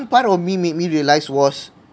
part of me made me realise was